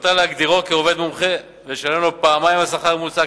ביכולתה להגדירו כעובד מומחה ולשלם לו פעמיים השכר הממוצע,